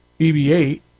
BB-8